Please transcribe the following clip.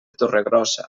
torregrossa